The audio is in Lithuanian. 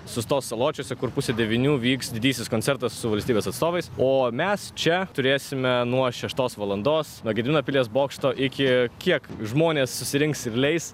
sustos saločiuose kur pusę devynių vyks didysis koncertas su valstybės atstovais o mes čia turėsime nuo šeštos valandos nuo gedimino pilies bokšto iki kiek žmonės susirinks ir leis